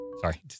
Sorry